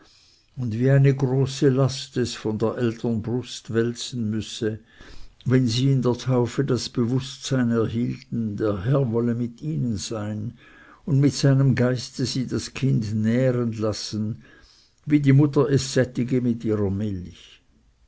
und wie eine große last es von der eltern brust wälzen müsse wenn sie in der taufe das bewußtsein erhielten der herr wolle mit ihnen sein und mit seinem geiste sie das kind nähren lassen wie die mutter es sättige mit ihrer milch